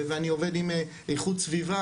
ואני עובד עם איכות סביבה,